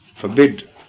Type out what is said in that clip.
forbid